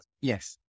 Yes